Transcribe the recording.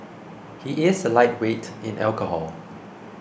he is a lightweight in alcohol